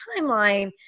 timeline